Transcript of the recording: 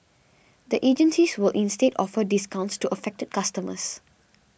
the agencies will instead offer discounts to affected customers